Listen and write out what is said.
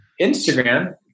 instagram